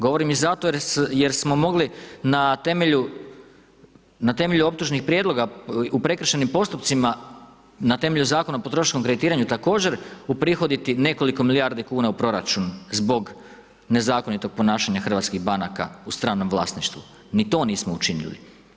Govorim zato jer smo mogli na temelju optužnih prijedloga u prekršajnim postupcima na temelju zakona o potrošačkom kreditiranju također uprihoditi nekoliko milijardi kuna u proračun zbog nezakonitog ponašanja hrvatskih banaka u stranom vlasništvu, ni to nismo učinili.